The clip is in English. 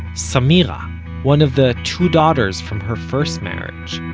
samira one of the two daughters from her first marriage,